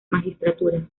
magistratura